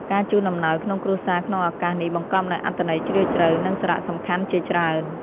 ការជូនអំណោយក្នុងគ្រួសារក្នុងឱកាសនេះបង្កប់នូវអត្ថន័យជ្រាលជ្រៅ និងសារៈសំខាន់ជាច្រើន។